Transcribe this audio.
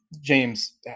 James